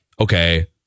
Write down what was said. okay